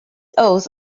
oath